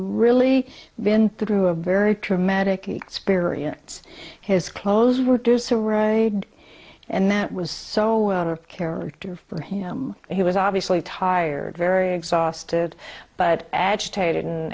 really been through a very traumatic experience his clothes were does herrera and that was so out of character for him he was obviously tired very exhausted but agitated